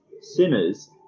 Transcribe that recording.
Sinners